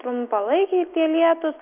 trumpalaikiai lietūs